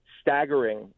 staggering